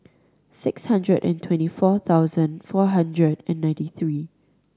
six hundred and twenty four thousand four hundred and ninety three